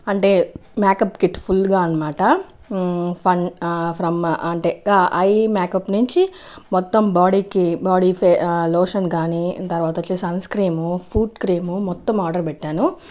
అంటే makeup kit ఫుల్గా అనమాట ఫమ్ ఆ ఫ్రమ్ అంటే ఐ మేకప్ నుంచి మొత్తం బాడీకి బాడీ లోషన్ కాని ఆ తరవాత వచ్చేసి సన్క్రీమ్ ఫూట్ క్రీము మొత్తం ఆర్డర్ పెట్టాను